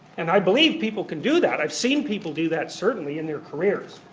and i believe people can do that. i've seen people do that, certainly, in their careers.